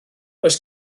oes